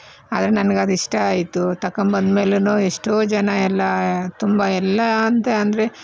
ಆದರೆ ನನಗೆ ಅದು ಇಷ್ಟ ಆಯಿತು ತಕಂಬಂದ್ಮೇಲುನೂ ಎಷ್ಟೋ ಜನ ಎಲ್ಲ ತುಂಬ ಎಲ್ಲ ಅಂತ ಅಂದರೆ